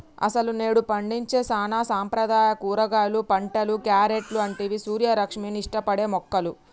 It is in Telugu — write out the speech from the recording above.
అసలు నేడు పండించే సానా సాంప్రదాయ కూరగాయలు పంటలు, క్యారెట్లు అంటివి సూర్యరశ్మిని ఇష్టపడే మొక్కలు